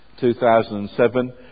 2007